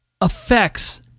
affects